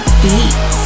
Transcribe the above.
beat